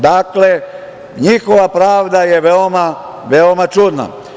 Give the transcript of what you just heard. Dakle, njihova pravda je veoma, veoma čudna.